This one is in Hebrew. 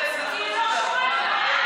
יחיא, מוותר,